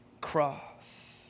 cross